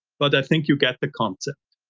but i think you get the concept.